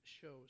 shows